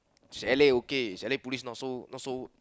chalet okay chalet police not so not so